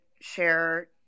share